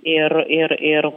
ir ir ir